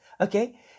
okay